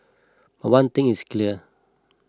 but one thing is clear